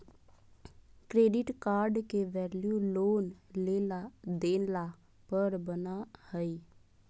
credit card के value loan लेला देला पर बना हइ